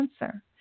answer